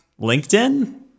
LinkedIn